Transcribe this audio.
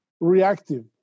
reactive